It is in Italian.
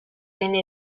venne